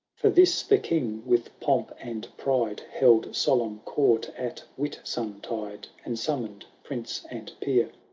for this the king, with pomp and pride. held solemn court at whitsuntide, and summoned prince and peer,